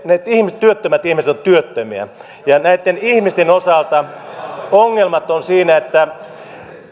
ne työttömät ihmiset ovat työttömiä ja näitten ihmisten osalta ongelmat ovat siinä että